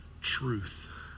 truth